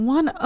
One